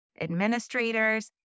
administrators